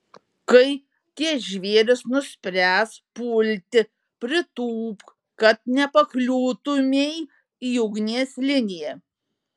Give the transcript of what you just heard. kai tie žvėrys nuspręs pulti pritūpk kad nepakliūtumei į ugnies liniją